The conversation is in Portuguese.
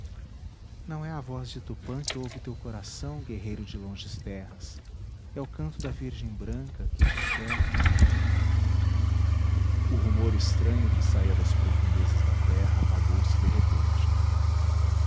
não é voz de tupã que ouve teu coração guerreiro de longes terras é o canto da virgem branca que te chama o rumor estranho que saía das profundezas da terra apagou-se de repente